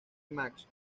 match